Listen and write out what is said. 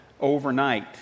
overnight